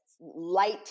light